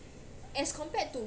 as compared to